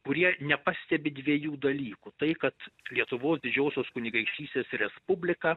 kurie nepastebi dviejų dalykų tai kad lietuvos didžiosios kunigaikštystės respublika